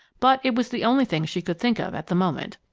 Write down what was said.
but it was the only thing she could think of at the moment.